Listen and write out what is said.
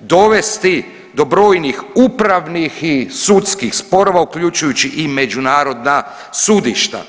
dovesti do brojnih upravnih i sudskih sporova uključujući i međunarodna sudišta.